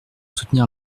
soutenir